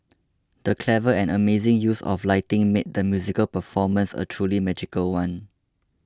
the clever and amazing use of lighting made the musical performance a truly magical one